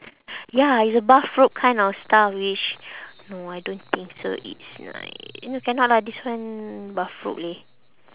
ya it's a bathrobe kind of style which no I don't think so it's nice no cannot lah this one bathrobe leh